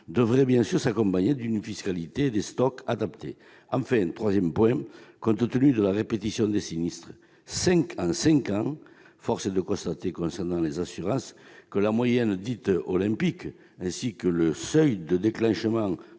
devrait, bien sûr, s'accompagner d'une fiscalité des stocks adaptée. Troisième point, compte tenu de la répétition des sinistres- cinq en cinq ans -, force est de constater, concernant les assurances, que la moyenne dite « olympique » ainsi que le seuil de déclenchement